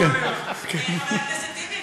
חבר הכנסת טיבי,